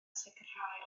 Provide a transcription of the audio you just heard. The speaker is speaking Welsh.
sicrhau